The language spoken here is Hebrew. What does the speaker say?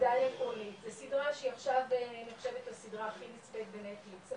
נחשבת הסדרה הכי נצפית בנטפליקס,